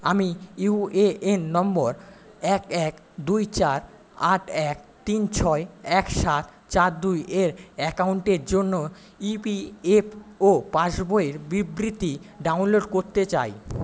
আমি UAN number এক এক দুই চার আট এক তিন ছয় এক সাত চার দুইয়ের অ্যাকাউন্টের জন্য ইপিএফও পাসবইয়ের বিবৃতি ডাউনলোড করতে চাই